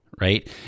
right